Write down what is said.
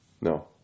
No